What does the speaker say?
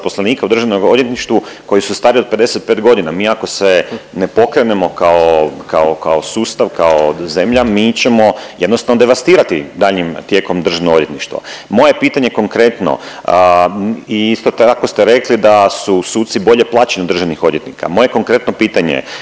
zaposlenika u državnom odvjetništvu koji su stariji od 55 godina. Mi ako se ne pokrenemo kao, kao, kao sustav, kao zemlja mi ćemo jednostavno devastirati daljnjim tijekom državno odvjetništvo. Moje pitanje konkretno i isto tako ste rekli da su suci bolje plaćeni od državnih odvjetnika, moje konkretno pitanje je